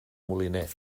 moliner